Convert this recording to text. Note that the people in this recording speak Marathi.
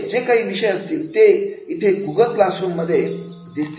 असे जे काही विषय असतील ते इथे गुगल क्लास रूम मध्ये दिसतील